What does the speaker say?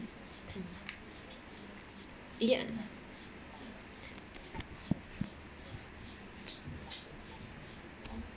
ya